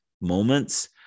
moments